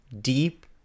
deep